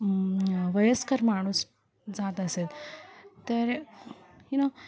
वयस्कर माणूस जात असेल तर यु नो